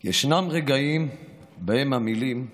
רגעים שבהם המילים נעתקות.